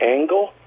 angle